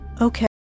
Okay